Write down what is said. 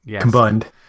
combined